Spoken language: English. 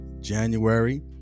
January